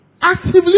actively